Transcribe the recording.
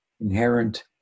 inherent